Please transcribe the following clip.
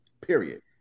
period